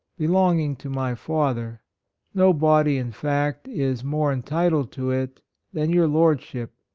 belonging to my father no body in fact is more entitled to it than your lord ship,